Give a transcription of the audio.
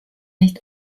nicht